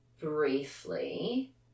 briefly